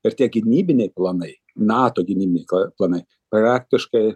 ir tie gynybiniai planai nato gynybiniai planai praktiškai